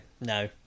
No